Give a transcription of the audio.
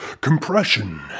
Compression